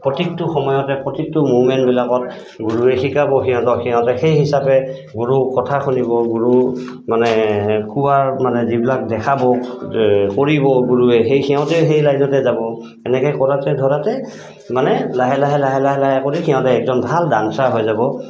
প্ৰত্যেকটো সময়তে প্ৰত্যেকটো মুভমেণ্টবিলাকত গুৰুৱে শিকাব সিহঁতক সিহঁতে সেই হিচাপে গুৰুৰ কথা শুনিব গুৰু মানে কোৱাৰ মানে যিবিলাক দেখাব কৰিব গুৰুৱে সেই সিহঁতে সেই ৰাইজতে যাব এনেকৈ কৰোঁতে ধৰোঁতে মানে লাহে লাহে লাহে লাহে লাহে কৰি সিহঁতে একদম ভাল ডান্সাৰ হৈ যাব